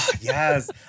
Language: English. Yes